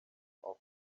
off